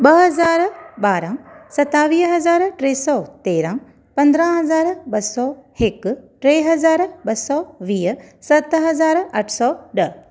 ॿ हज़ार ॿारहं सतावीह हज़ार टे सौ तेरहं पंद्रहं हज़ार ॿ सौ हिकु टे हज़ार ॿ सौ वीह सत हज़ार अठ सौ ॾह